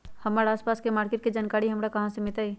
हमर आसपास के मार्किट के जानकारी हमरा कहाँ से मिताई?